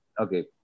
okay